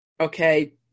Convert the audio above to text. okay